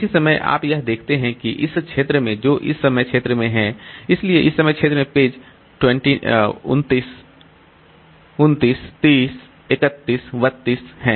किसी समय आप यह देखते हैं कि इस क्षेत्र में जो इस समय क्षेत्र में है इसलिए इस समय क्षेत्र में पेज 29 29 30 31 32 हैं